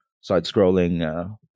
side-scrolling